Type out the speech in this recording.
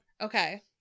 Okay